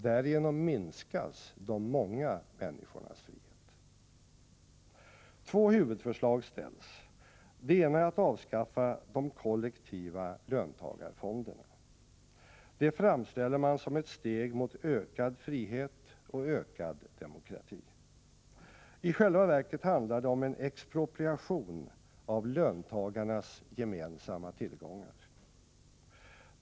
Därigenom minskas de många människornas frihet. Två huvudförslag ställs. Det ena är att avskaffa de kollektiva löntagarfonderna. Det framställer man som ett steg mot ökad frihet och ökad demokrati. I själva verket handlar det om en expropriation av löntagarnas gemensamma tillgångar.